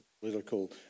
political